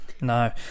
No